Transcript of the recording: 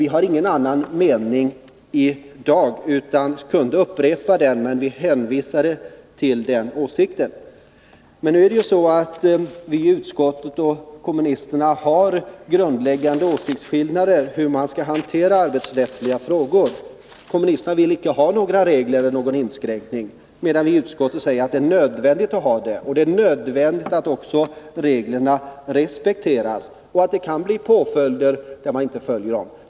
Vi har ingen annan mening i dag utan skulle ha kunnat upprepa det. Men vi hänvisade i stället till det tidigare uttalandet. Det är en grundläggande skillnad mellan den åsikt vi i utskottet har och den som kommunisterna har om hur man skall hantera arbetsrättsliga frågor. Kommunisterna vill inte ha några regler eller någon inskränkning, medan vii utskottet säger att det är nödvändigt. Det är också nödvändigt att reglerna respekteras och att det kan bli påföljder om man inte följer dem.